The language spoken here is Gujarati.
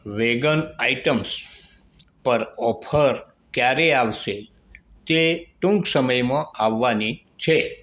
વેગન આઇટમ્સ પર ઓફર ક્યારે આવશે તે ટૂંક સમયમાં આવવાની છે